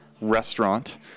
Restaurant